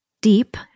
deep